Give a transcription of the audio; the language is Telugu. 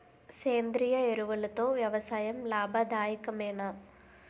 సేంద్రీయ ఎరువులతో వ్యవసాయం లాభదాయకమేనా?